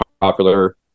popular